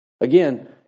Again